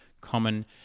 common